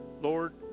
Lord